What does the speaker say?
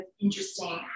interesting